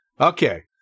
okay